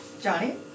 Johnny